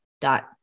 dot